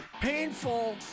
painful